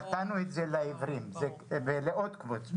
נתנו את זה לעיוורים ולעוד קבוצות.